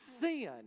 sin